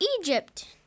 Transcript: Egypt